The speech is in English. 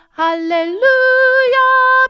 hallelujah